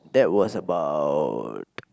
that was about